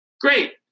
Great